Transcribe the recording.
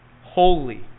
holy